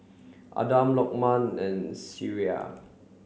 Adam Lokman and Syirah